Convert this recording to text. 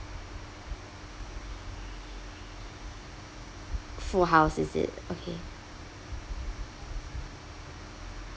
full house is it okay